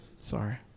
sorry